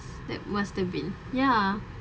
that was the wind ya